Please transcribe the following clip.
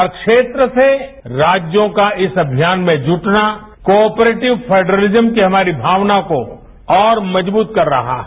हर बेत्र से राज्यों का इस अमियान में जुटनाकोऑपरेटिव फेडरिजन की हमारी मावना को और मजबूत कर रहा है